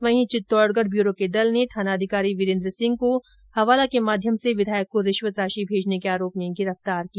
वहीं चित्तौडगढ ब्यूरो के दल ने थानाधिकारी विरेन्द्र सिंह को हवाला के माध्यम से विधायक को रिश्वत राशि भेजने के आरोप में गिरफ्तार किया